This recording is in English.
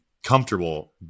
comfortable